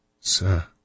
Sir